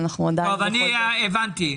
הבנתי.